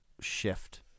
shift